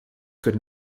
could